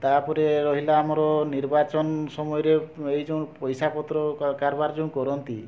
ତା'ପରେ ରହିଲା ଆମର ନିର୍ବାଚନ ସମୟରେ ଏଇ ଯେଉଁ ପଇସା ପତ୍ର କା କାରବାର ଯେଉଁ କରନ୍ତି